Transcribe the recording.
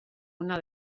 ona